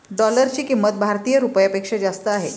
डॉलरची किंमत भारतीय रुपयापेक्षा जास्त आहे